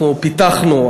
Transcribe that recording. אנחנו פיתחנו,